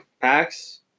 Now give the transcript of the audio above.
packs